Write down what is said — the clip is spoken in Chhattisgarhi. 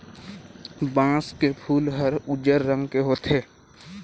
बांस के फूल हर उजर रंग के होथे